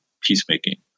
peacemaking